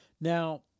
Now